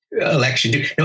election